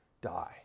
die